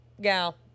gal